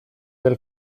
del